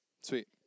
Sweet